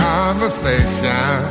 Conversation